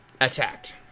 attacked